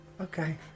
Okay